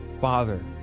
father